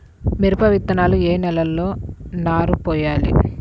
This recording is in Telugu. మిరప విత్తనాలు ఏ నెలలో నారు పోయాలి?